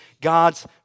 God's